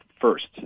first